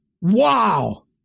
Wow